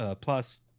plus